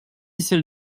celle